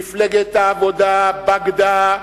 מפלגת העבודה בגדה,